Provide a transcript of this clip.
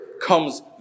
comes